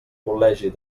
col·legi